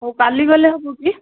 ହଉ କାଲି ଗଲେ ହେବ କି